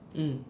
mm